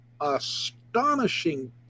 astonishing